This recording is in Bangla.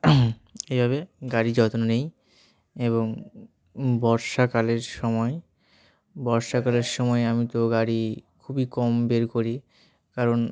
এইভাবে গাড়ির যত্ন নিই এবং বর্ষাকালের সময় বর্ষাকালের সময় আমি তো গাড়ি খুবই কম বের করি কারণ